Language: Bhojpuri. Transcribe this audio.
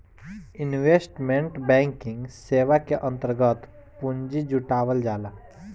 इन्वेस्टमेंट बैंकिंग सेवा के अंतर्गत पूंजी जुटावल जाला